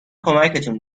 کمکتون